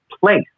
place